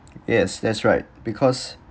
yes that's right because